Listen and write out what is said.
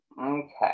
okay